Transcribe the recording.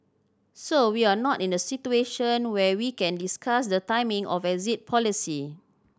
so we're not in a situation where we can discuss the timing of exit policy